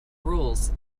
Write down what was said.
rules